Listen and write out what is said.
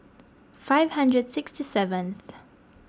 five hundred sixty seventh